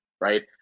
right